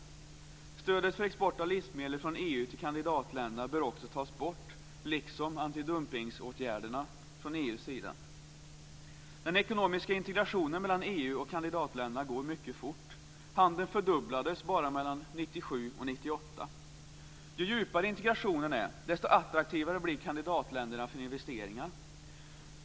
Stödet för export av livsmedel från EU till kandidatländerna bör också tas bort liksom antidumpningsåtgärderna från EU:s sida. Den ekonomiska integrationen mellan EU och kandidatländerna går mycket fort. Bara mellan 1997 och 1998 fördubblades handeln. Ju djupare integrationen är, desto attraktivare blir kandidatländerna för investeringar.